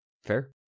Fair